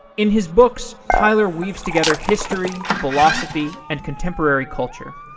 in his books, tyler weaves together history, philosophy, and contemporary culture.